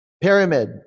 pyramid